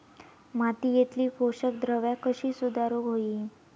मातीयेतली पोषकद्रव्या कशी सुधारुक होई?